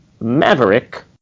Maverick